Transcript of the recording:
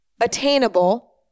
attainable